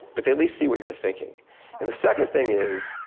but they at least see what you're thinking and the second thing is